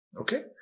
okay